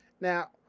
Now